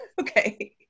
Okay